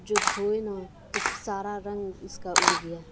جو دھوئے نا تو سارا رنگ اس کا اڑ گیا